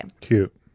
Cute